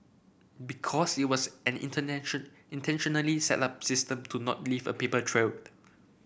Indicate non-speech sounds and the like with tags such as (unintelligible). because it was an (unintelligible) intentionally set up system to not leave a paper trailed